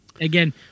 Again